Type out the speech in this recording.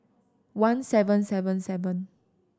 one seven seven seven